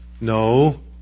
No